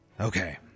Okay